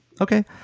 Okay